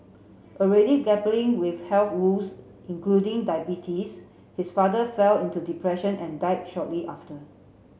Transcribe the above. already grappling with health woes including diabetes his father fell into depression and died shortly after